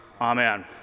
amen